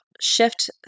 shift